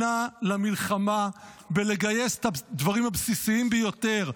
שנה למלחמה, בלגייס את הדברים הבסיסים ביותר?